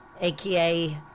aka